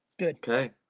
good. okay.